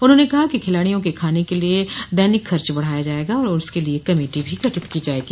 उन्होंने कहा कि खिलाड़ियों के खाने के लिए दैनिक खर्च बढ़ाया जायेगा और उसके लिए कमेटी भी गठित की जायेगी